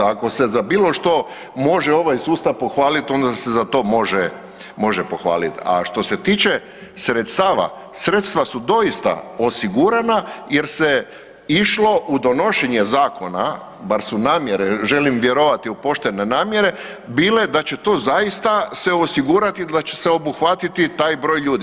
Ako se za bilo što ovaj sustav pohvaliti onda se za to može pohvaliti, a što se tiče sredstava, sredstva su doista osigurana, jer se išlo u donošenje Zakona, bar su namjere, želim vjerovati u poštene namjere, bile da se će to zaista se osigurati, da će se obuhvatiti taj broj ljudi.